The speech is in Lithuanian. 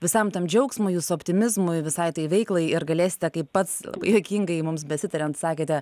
visam tam džiaugsmui jūsų optimizmui visai tai veiklai ir galėsite kaip pats juokingai mums besitariant sakėte